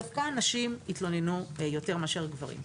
דווקא הנשים התלוננו יותר מגברים.